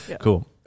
Cool